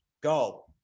go